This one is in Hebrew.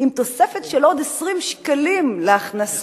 עם תוספת של עוד 20 שקלים להכנסה,